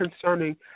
concerning